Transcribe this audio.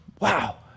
wow